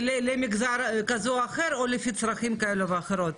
למגזר כזה או אחר או לפי צרכים כאלה ואחרים,